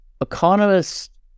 economists